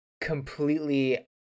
completely